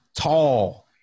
tall